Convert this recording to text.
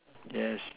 yes